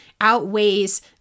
outweighs